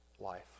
Life